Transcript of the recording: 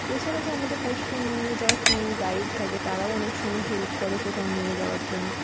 এছাড়া যে আমাদের পশ্চিমবঙ্গে যারা ট্যুর গাইড থাকে তারাও অনেক সময় হেল্প করে কোথাও নিয়ে যাওয়ার জন্য